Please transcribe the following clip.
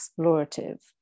explorative